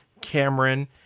Cameron